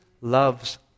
loves